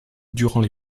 durant